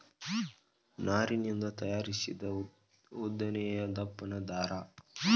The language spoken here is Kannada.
ನಾರಿನಿಂದ ತಯಾರಿಸಿದ ಉದ್ದನೆಯ ದಪ್ಪನ ದಾರಾ